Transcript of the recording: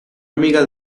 amiga